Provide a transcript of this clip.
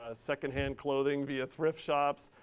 ah secondhand clothing via thrift shops.